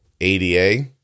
ADA